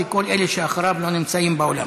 כי כל אלה שאחריו לא נמצאים באולם.